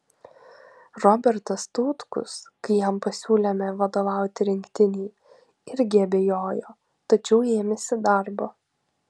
robertas tautkus kai jam pasiūlėme vadovauti rinktinei irgi abejojo tačiau ėmėsi darbo